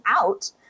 out